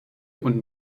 und